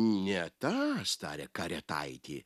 ne tas tarė karietaitė